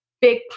big